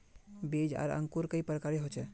बीज आर अंकूर कई प्रकार होचे?